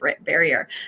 barrier